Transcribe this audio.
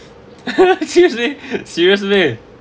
ha seriously seriously